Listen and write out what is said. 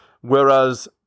whereas